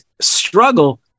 struggle